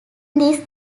this